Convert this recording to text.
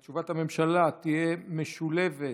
תשובת הממשלה תהיה משולבת,